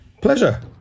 pleasure